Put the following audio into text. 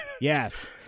Yes